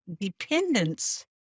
dependence